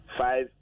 five